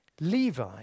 Levi